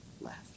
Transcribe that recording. left